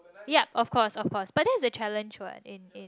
yup of course of course but then it's a challenge what in in